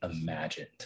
imagined